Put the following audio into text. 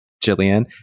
Jillian